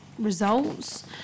results